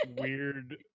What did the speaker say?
Weird